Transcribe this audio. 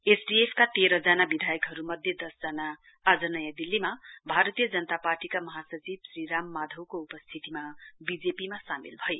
SDF का तेह्रजना विधायकहरु मध्ये दस जना आज नयाँ दिल्लीमा भारतीय जनता पार्टीका महासचिव श्री राममाधवको उपस्थितीमा वीजेपीमा सामेल भए